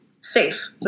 safe